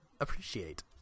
appreciate